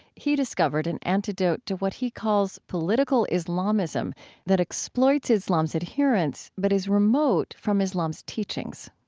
he discovered an antidote to what he calls political islamism that exploits islam's adherence, but is remote from islam's teachings.